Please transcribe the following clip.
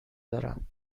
دارم